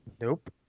Nope